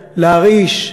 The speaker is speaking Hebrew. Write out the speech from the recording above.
להיאבק, להרעיש,